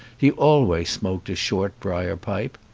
he always smoked a short briar pipe.